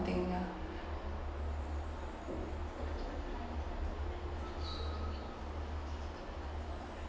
something ya